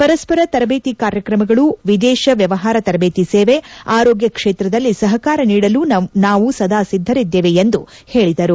ಪರಸ್ಪರ ತರಬೇತಿ ಕಾರ್ಯಕ್ರಮಗಳು ವಿದೇಶ ವ್ಯವಹಾರ ತರಬೇತಿ ಸೇವೆ ಆರೋಗ್ಯ ಕ್ಷೇತ್ರದಲ್ಲಿ ಸಹಕಾರ ನೀಡಲು ನಾವು ಸದಾ ಸಿದ್ದರಿದ್ದೇವ ಎಂದು ಹೇಳಿದರು